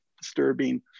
disturbing